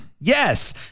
yes